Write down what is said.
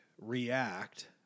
react